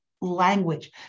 language